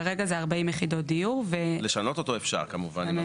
כרגע זה 40 יחידות דיור והממשלה רוצה --- לשנות אותו אפשר כמובן.